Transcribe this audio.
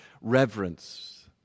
Reverence